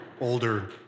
older